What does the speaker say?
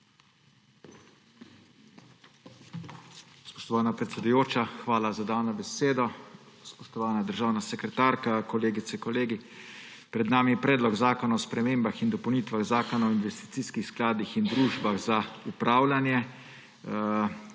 Spoštovana predsedujoča, hvala za dano besedo. Spoštovana državna sekretarka, kolegice in kolegi! Pred nami je Predlog zakona o spremembah in dopolnitvah Zakona o investicijskih skladih in družbah za upravljanje.